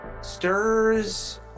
stirs